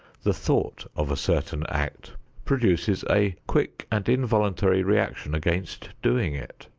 the thought of a certain act produces a quick and involuntary reaction against doing it.